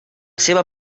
seva